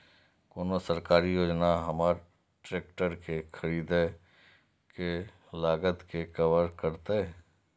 कोन सरकारी योजना हमर ट्रेकटर के खरीदय के लागत के कवर करतय?